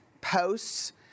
posts